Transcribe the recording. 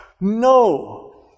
no